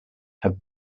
have